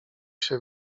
się